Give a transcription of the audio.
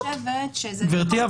אני חושבת שזה --- גברתי,